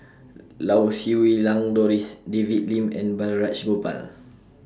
Lau Siew Lang Doris David Lim and Balraj Gopal